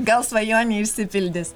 gal svajonė išsipildys